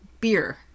beer